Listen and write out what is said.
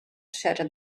shattered